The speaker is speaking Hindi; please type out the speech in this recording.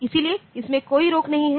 इसलिए इसमें कोई रोक नहीं है